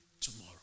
tomorrow